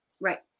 Right